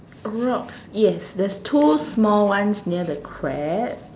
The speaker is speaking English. rocks yes there's two small ones near the crab